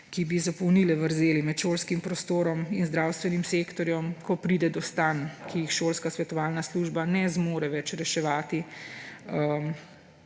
ki bi zapolnile vrzeli med šolskim prostorom in zdravstvenim sektorjem, ko pride do stanj, ki jih šolska svetovalna